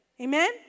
Amen